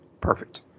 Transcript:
Perfect